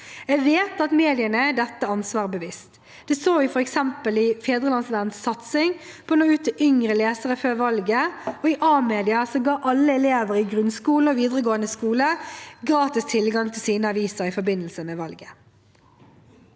Jeg vet at mediene er dette ansvaret bevisst. Det så vi f.eks. i Fædrelandsvennens satsing på å nå ut til yngre lesere før valget, og i Amedia, som ga alle elever i grunnskolen og videregående skole gratis tilgang til sine aviser i forbindelse med valget.